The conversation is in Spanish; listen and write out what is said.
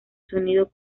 sonido